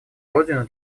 родину